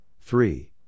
three